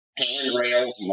handrails